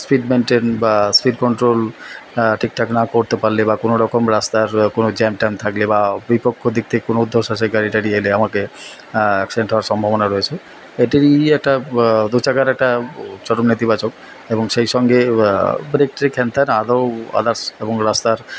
speed maintain বা speed control ঠিকঠাক না করতে পারলে বা কোনোরকম রাস্তার কোন জ্যাম ট্যাম থাকলে বা বিপক্ষ দিক থেকে কোনো রুদ্ধশ্বাসে গাড়ি টাড়ি এলে আমাকে অ্যাক্সিডেন্ট হওয়ার সম্ভাবনা রয়েছে এটার এই একটা দুচাকার একটা চরম নেতিবাচক এবং সেই সঙ্গে ব্রেক ট্রেক হ্যান ত্যান আরও আদার্স এবং রাস্তার